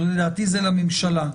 ולדעתי זה לממשלה,